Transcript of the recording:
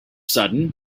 sudden